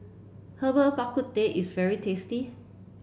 Herbal Bak Ku Teh is very tasty